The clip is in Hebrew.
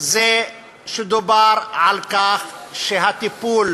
זה שדובר על כך שהטיפול